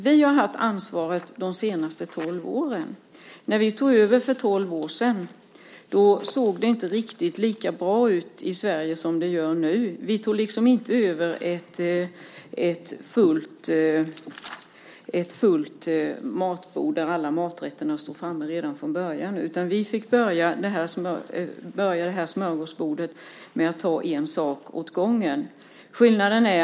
Vi har haft ansvaret de senaste tolv åren. När vi tog över för tolv år sedan såg det inte riktigt lika bra ut i Sverige som det gör nu. Vi tog inte över ett fullt matbord där alla maträtterna stod framme redan från början, utan vi fick börja med att ta en sak åt gången på smörgåsbordet.